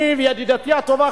אני וידידתי הטובה,